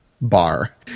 bar